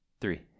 Three